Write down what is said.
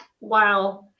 wow